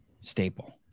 Staple